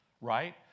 right